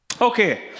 Okay